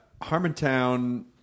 Harmontown